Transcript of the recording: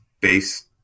base